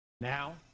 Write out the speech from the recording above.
Now